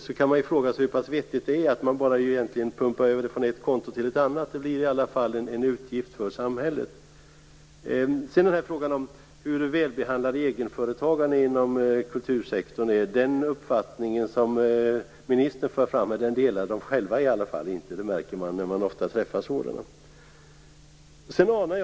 Man kan fråga sig hur vettigt det är att på detta sätt pumpa över pengar från ett konto till ett annat. Det blir under alla förhållanden en utgift för samhället. I frågan hur väl behandlade egenföretagarna inom kultursektorn är vill jag säga att den uppfattning som ministern för fram i varje fall inte delas av dem själva. Det märker man när man ofta träffar sådana personer.